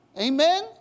Amen